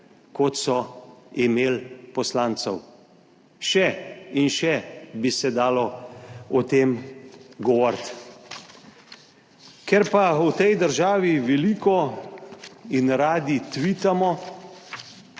kot je imela poslancev. Še in še bi se dalo o tem govoriti. Ker v tej državi veliko in radi tvitamo,